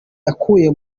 yakuye